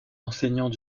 enseignants